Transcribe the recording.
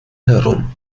herum